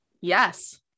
Yes